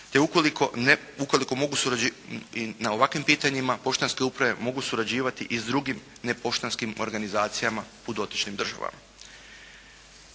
poštanskim upravama te na ovakvim pitanjima poštanske uprave mogu surađivati i s drugim nepoštanskim organizacijama u dotičnim državama.